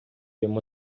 йому